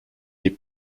des